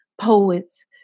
poets